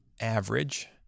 average